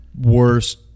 worst